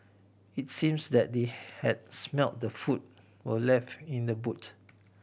it seemed that they had smelt the food were left in the boot